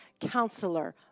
Counselor